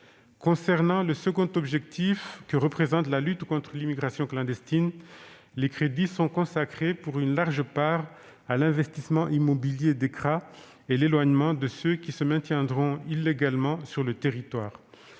Concernant le second objectif que représente la lutte contre l'immigration clandestine, les crédits sont consacrés pour une large part à l'investissement immobilier des CRA et à l'éloignement de ceux qui se maintiendraient illégalement sur le territoire.